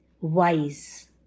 wise